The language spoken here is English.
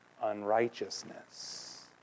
unrighteousness